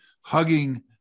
hugging